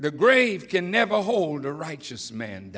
the grave can never hold a righteous man